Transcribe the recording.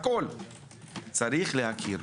צריך להכיר.